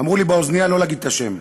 אמרו לי באוזנייה לא להגיד את השם.